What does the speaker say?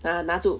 拿拿住